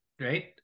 right